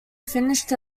finished